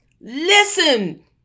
Listen